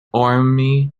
orme